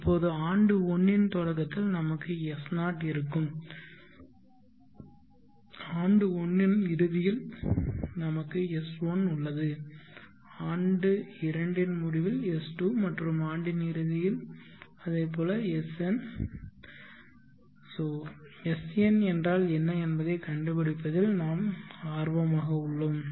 இப்போது ஆண்டு 1 இன் தொடக்கத்தில் நமக்கு S0 இருக்கும் ஆண்டு 1 இன் இறுதியில் எங்களுக்கு S1 உள்ளது ஆண்டு 2 S2 மற்றும் ஆண்டின் இறுதியில் இது Sn Sn என்றால் என்ன என்பதைக் கண்டுபிடிப்பதில் நாங்கள் ஆர்வமாக உள்ளோம்